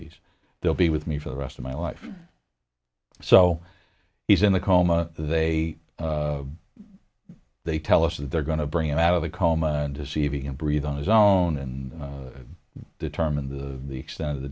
these they'll be with me for the rest of my life so he's in a coma they they tell us that they're going to bring him out of the coma deceiving him breathe on his own and determine the the extent of the